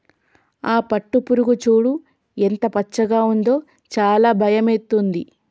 ఆ పట్టుపురుగు చూడు ఎంత పచ్చగా ఉందో చాలా భయమైతుంది